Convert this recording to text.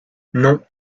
non